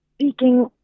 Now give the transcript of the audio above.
speaking